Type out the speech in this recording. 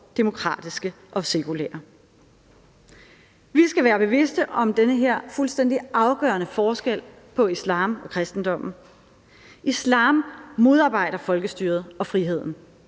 demokratiske og sekulære. Vi skal være bevidste om denne fuldstændig afgørende forskel på islam og kristendommen. Islam modarbejder folkestyret og friheden.